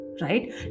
right